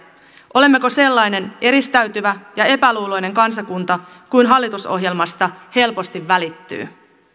olemmeko sellainen eristäytyvä ja epäluuloinen kansakunta kuin hallitusohjelmasta helposti välittyy